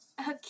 okay